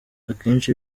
akenshi